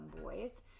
boys